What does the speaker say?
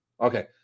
Okay